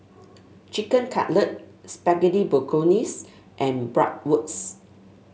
Chicken Cutlet Spaghetti Bolognese and Bratwurst